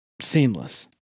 Seamless